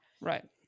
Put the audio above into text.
Right